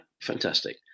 fantastic